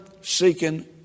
seeking